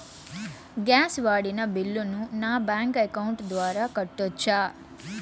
Gas వాడిన బిల్లును నా బ్యాంకు అకౌంట్ ద్వారా కట్టొచ్చా?